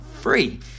free